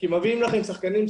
כי מביאים לכם שחקנים,